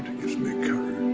gives me courage!